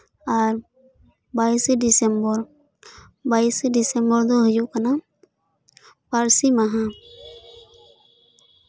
ᱟᱨ ᱵᱟᱭᱤᱥᱮ ᱰᱤᱥᱮᱢᱵᱚᱨ ᱵᱟᱭᱤᱥᱮ ᱰᱤᱥᱮᱢᱵᱚᱨ ᱫᱚ ᱦᱩᱭᱩᱜ ᱠᱟᱱᱟ ᱯᱟᱹᱨᱥᱤ ᱢᱟᱦᱟ